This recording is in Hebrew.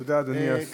תודה, אדוני השר.